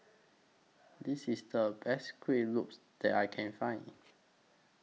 This IS The Best Kuih Lopes that I Can Find